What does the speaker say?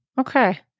Okay